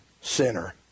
sinner